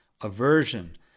aversion